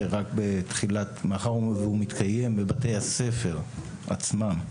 מאחר והוא מתקיים בבתי הספר עצמם,